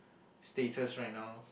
status right now